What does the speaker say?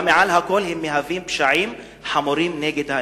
אלא מעל הכול הם מהווים פשעים חמורים כנגד האנושיות".